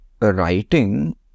writing